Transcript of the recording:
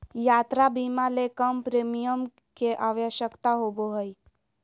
यात्रा बीमा ले कम प्रीमियम के आवश्यकता होबो हइ